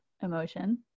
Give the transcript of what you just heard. emotion